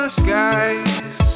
skies